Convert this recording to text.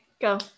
go